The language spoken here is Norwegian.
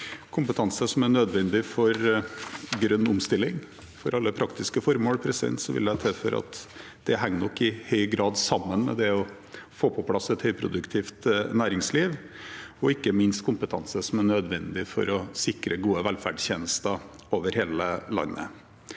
kompetanse som er nødvendig for grønn omstilling. For alle praktiske formål vil jeg tilføre at det i høy grad henger sammen med det å få på plass et høyproduktivt næringsliv og ikke minst kompetanse som er nødvendig for å sikre gode velferdstjenester over hele landet.